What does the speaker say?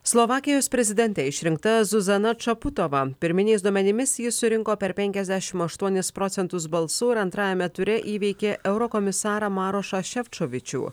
slovakijos prezidente išrinkta zuzana čaputova pirminiais duomenimis ji surinko per penkiasdešimt aštuonis procentus balsų ir antrajame ture įveikė eurokomisarą marošą šefčovičių